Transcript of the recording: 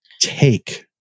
take